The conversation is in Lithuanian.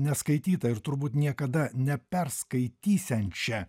neskaitytą ir turbūt niekada neperskaitysiančią